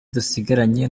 dusigaranye